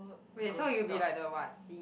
wait so you'll be like the what C_E_O